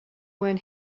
when